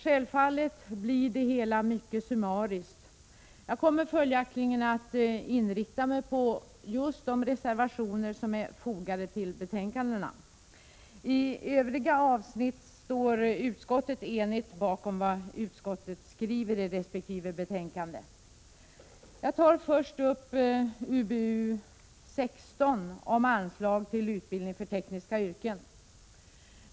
Självfallet blir det hela mycket summariskt. Jag kommer följaktligen att inrikta mig på de reservationer som är fogade till betänkandena. I övriga avsnitt står utskottet enigt bakom vad utskottet skriver i resp. betänkande. Jag tar först upp utbildningsutskottets betänkande 16 om anslag till utbildning för tekniska yrken.